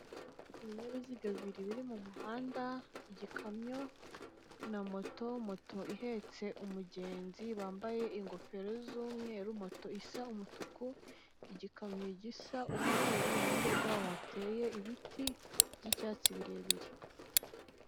Ibinyabiziga bibiri biri mu muhanda igikamyo na moto, moto ihetse umugenzi wambaye ingofero z'umweru moto, isa umutuku igikamyo, gisa umweru, iruhande rwaho hateye ibiti by'icyatsi birebire.